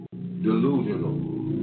Delusional